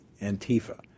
Antifa